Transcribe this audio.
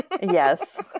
yes